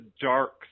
dark